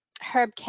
Herb